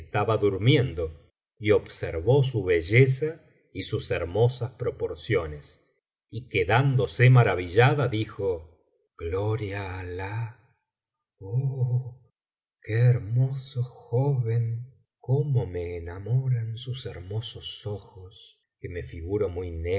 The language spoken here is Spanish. estaba durmiendo y observó su belleza y sus hermosas proporciones y quedándose maravillada dijo g loria á alah oh qué hermoso joven cómo me enamotoaiü ii biblioteca valenciana generalitat valenciana las mil noches y una noche ran sus herniosos ojos que me figuro muy